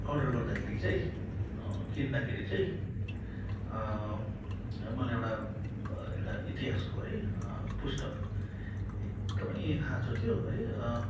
order गर्दाखेरि चाहिँ किन्दाखेरि चाहिँ मलाई एउटा एउटा इतिहासको है पुस्तक एकदमै खाँचो थियो है